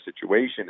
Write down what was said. situation